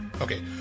Okay